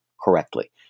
correctly